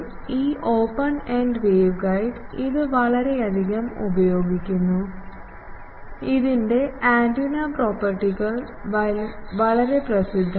ഈ open end waveguide ഇത് വളരെയധികം ഉപയോഗിക്കുന്നു ഇതിൻറെ ആന്റിന പ്രോപ്പർട്ടികൾ വളരെ പ്രസിദ്ധമാണ്